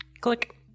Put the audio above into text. Click